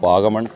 Vagamon